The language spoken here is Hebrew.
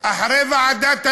אחרי ועדת הנגבי,